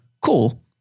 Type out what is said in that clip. Cool